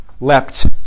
leapt